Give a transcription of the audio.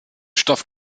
stoff